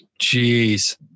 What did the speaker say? Jeez